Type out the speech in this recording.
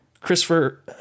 Christopher